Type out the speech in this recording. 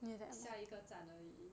下一个站而已